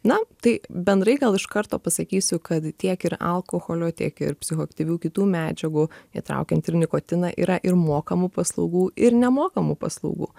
na tai bendrai gal iš karto pasakysiu kad tiek ir alkoholio tiek ir psichoaktyvių kitų medžiagų įtraukiant ir nikotiną yra ir mokamų paslaugų ir nemokamų paslaugų